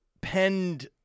penned